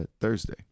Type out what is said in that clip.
Thursday